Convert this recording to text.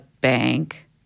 bank